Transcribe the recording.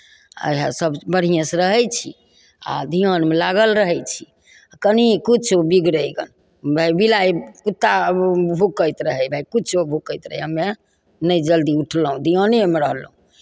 आ हियाँ सभ बढ़िएँसँ रहै छी आ धियानमे लागल रहै छी कनि किछु बिगड़यके भाय बिलाइ कुत्ता भुकैत रहय किछो भुकैत रहय हमे नहि जल्दी उठलहुँ धियानेमे रहलहुँ